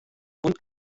und